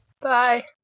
Bye